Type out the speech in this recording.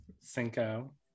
Cinco